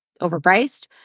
overpriced